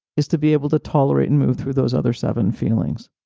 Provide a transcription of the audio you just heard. is to be able to tolerate and move through those other seven feelings